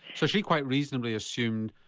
so she quite reasonably assumed,